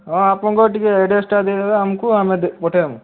ହଁ ଆପଣଙ୍କର୍ ଟିକେ ଆଡ଼୍ରେସ୍ଟା ଦେଇଦେବେ ଆମ୍କୁ ଆମେ ପଠେଇଦେବୁ